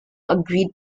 agreed